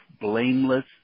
blameless